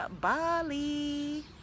Bali